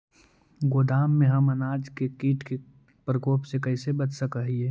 गोदाम में हम अनाज के किट के प्रकोप से कैसे बचा सक हिय?